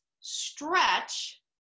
stretch